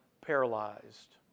paralyzed